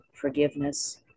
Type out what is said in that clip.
forgiveness